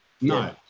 No